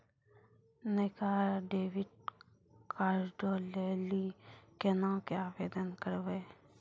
नयका डेबिट कार्डो लै लेली केना के आवेदन करबै?